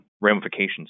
ramifications